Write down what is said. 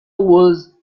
was